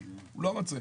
הוא לא רוצה.